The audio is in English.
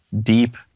deep